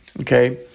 Okay